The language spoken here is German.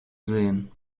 sehen